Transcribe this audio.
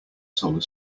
solar